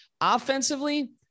Offensively